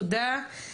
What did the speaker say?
תודה.